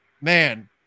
Man